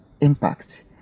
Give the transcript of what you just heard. impact